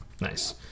Nice